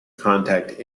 contact